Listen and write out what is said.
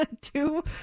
two